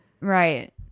Right